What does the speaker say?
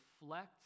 reflect